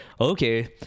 Okay